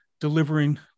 delivering